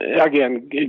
again